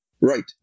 Right